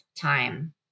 time